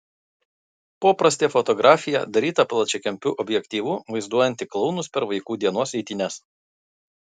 poprastė fotografija daryta plačiakampiu objektyvu vaizduojanti klounus per vaikų dienos eitynes